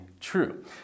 true